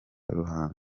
ruhango